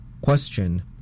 Question